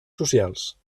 socials